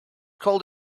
called